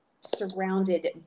surrounded